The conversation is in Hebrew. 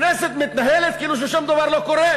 הכנסת מתנהלת כאילו שום דבר לא קורה,